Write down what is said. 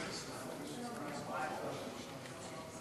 שמולי הלך,